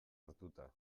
hartuta